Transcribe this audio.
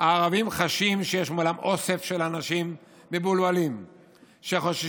הערבים חשים שיש מולם אוסף של אנשים מבולבלים שחוששים